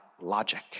logic